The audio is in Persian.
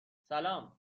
سلام